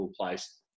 place